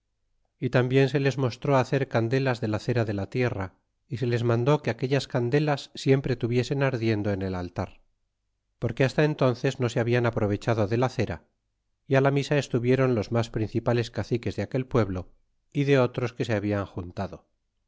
y tambien se les mostró hacer candelas de la cera de la tierra y se les mandó que aquellas candelas siempre tuviesen ardiendo en el altar porque hasta entónces no se habian aprovechado de la cera y la misa estuvieron los mas principales caciques de aquel pueblo y de otros que se hablan juntado